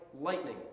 lightning